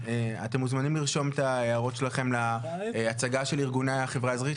אתם מוזמנים לרשום את ההערות שלכם להצגה של ארגוני החברה האזרחית.